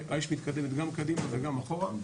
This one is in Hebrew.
האש מתקדמת גם קדימה וגם אחורה.